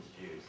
Jews